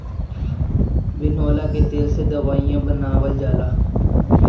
बिनौला के तेल से दवाईओ बनावल जाला